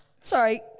sorry